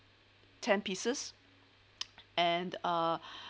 ten pieces and uh